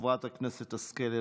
חברת הכנסת השכל,